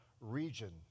region